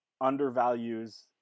undervalues